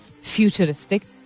futuristic